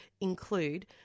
include